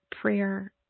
prayer